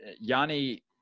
Yanni